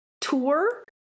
tour